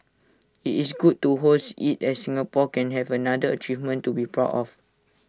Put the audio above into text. IT is good to host IT as Singapore can have another achievement to be proud of